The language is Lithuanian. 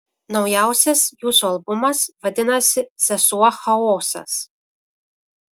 naujausias jūsų albumas vadinasi sesuo chaosas